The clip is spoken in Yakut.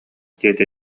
диэтэ